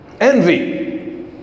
Envy